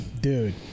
Dude